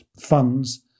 funds